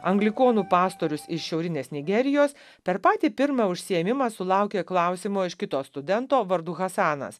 anglikonų pastorius iš šiaurinės nigerijos per patį pirmą užsiėmimą sulaukė klausimo iš kito studento vardu hasanas